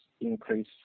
increase